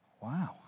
Wow